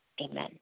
Amen